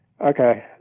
okay